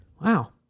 Wow